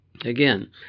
Again